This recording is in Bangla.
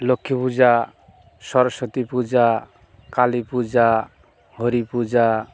লক্ষ্মী পূজা সরস্বতী পূজা কালী পূজা হরি পূজা